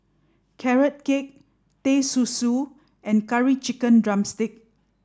carrot cake teh susu and curry chicken drumstick